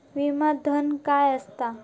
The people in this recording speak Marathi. विमा धन काय असता?